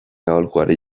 aholkuari